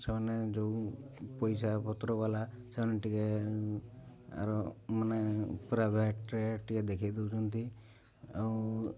ସେମାନେ ଯେଉଁ ପଇସା ପତ୍ର ବାଲା ସେମାନେ ଟିକେ ଆର ମାନେ ପ୍ରାଇଭେଟ୍ରେ ଟିକେ ଦେଖାଇ ଦଉଛନ୍ତି ଆଉ